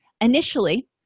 initially